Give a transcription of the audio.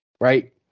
right